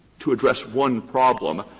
to address one problem,